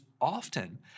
often